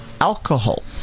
alcohol